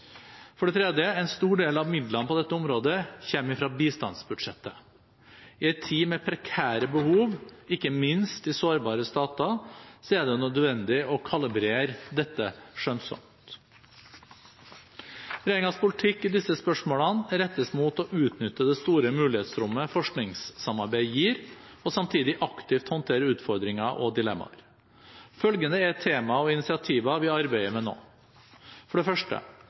For det tredje: En stor del av midlene på dette området kommer fra bistandsbudsjettet. I en tid med prekære behov, ikke minst i sårbare stater, er det nødvendig å kalibrere dette skjønnsomt. Regjeringens politikk i disse spørsmålene rettes mot å utnytte det store mulighetsrommet forskningssamarbeid gir, og samtidig aktivt håndtere utfordringer og dilemmaer. Følgende er temaer og initiativer vi arbeider med nå: For det første: